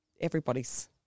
everybody's